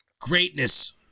Greatness